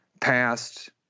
past